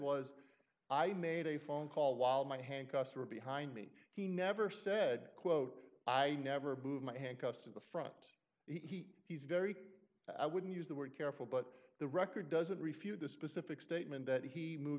was i made a phone call while my handcuffs were behind me he never said quote i never believe my handcuffs to the front he he's very i wouldn't use the word careful but the record doesn't refute the specific statement that he moved